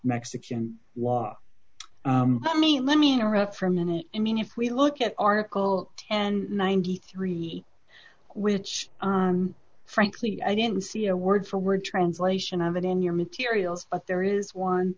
mexican law i mean let me interrupt for a minute i mean if we look at article and ninety three which frankly i didn't see a word for word translation of it in your materials but there is one